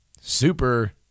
super